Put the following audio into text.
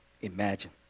imagine